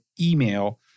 email